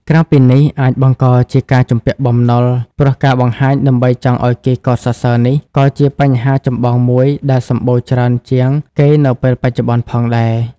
ក្រៅពីនេះអាចបង្កជាការជំពាក់បំណុលព្រោះការបង្ហាញដើម្បីចង់ឲ្យគេកោតសរសើរនេះក៏ជាបញ្ហាចម្បងមួយដែលសំបូរច្រើនជាងគេនៅពេលបច្ចុប្បន្នផងដែរ។